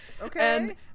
Okay